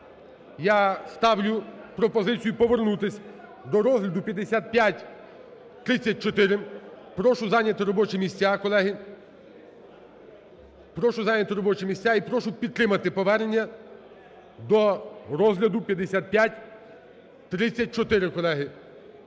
Я ставлю пропозицію повернутися до розгляду 5534. Прошу зайняти робочі місця, колеги. Прошу зайняти робочі місця і прошу підтримати повернення до розгляду 5534, колеги.